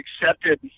accepted